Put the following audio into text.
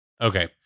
Okay